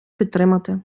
підтримати